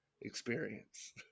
experience